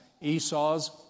Esau's